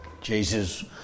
Jesus